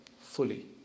fully